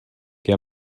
que